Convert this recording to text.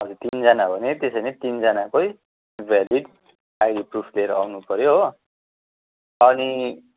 हजुर तिनजना हो भने त्यसो भने तिनजनाकै भ्यालिड आइडी प्रुफ लिएर आउनु पर्यो हो अनि